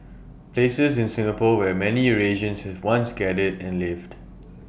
places in Singapore where many Eurasians once gathered and lived